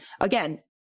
again